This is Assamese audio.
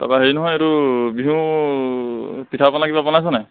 তাৰ পৰা হেৰি নহয় এইটো বিহু পিঠা পনা কিবা বনাইছনে